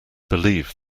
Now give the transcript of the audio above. believe